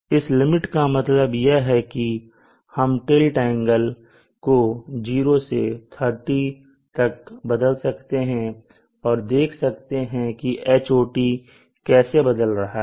इस लिमिट का यह मतलब है कि हम टिल्ट एंगल को 0 से 30 तक बदल सकते हैं और देख सकते हैं कि Hot कैसे बदल रहा है